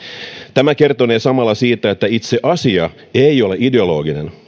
tämä kertonee samalla siitä että itse asia ei ole ideologinen